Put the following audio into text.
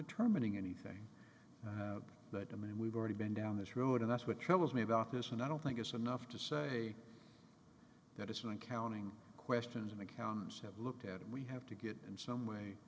determining anything that i mean we've already been down this road and that's what troubles me about this and i don't think it's enough to say that it's an accounting questions and accountants have looked at it we have to get in some way